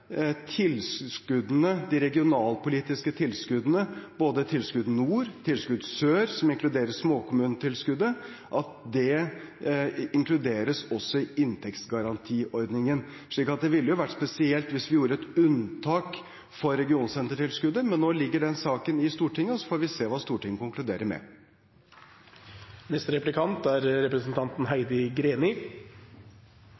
tilskuddene, de regionalpolitiske tilskuddene – både tilskuddet for Nord-Norge og for Sør-Norge, som inkluderer småkommunetilskuddet – inkluderes også i inntektsgarantiordningen. Så det ville vært spesielt hvis vi gjorde et unntak for regionsentertilskuddet. Men nå ligger den saken i Stortinget, så får vi se hva Stortinget konkluderer med.